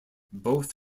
both